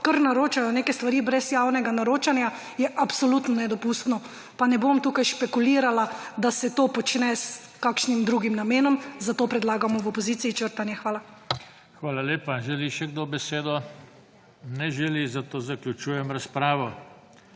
kar naročajo neke stvari brez javnega naročanja, je absolutno nedopustno. Pa ne bom tukaj špekulirala, da se to počne s kakšnim drugim namenom, zato predlagamo v opoziciji črtanje. Hvala. **PODPREDSEDNIK JOŽE TANKO:** Hvala lepa. Želi še kdo besedo? Ne želi, zato zaključujem razpravo.